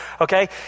okay